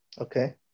Okay